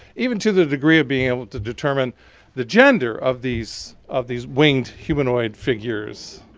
even to the degree of being able to determine the gender of these of these winged humanoid figures.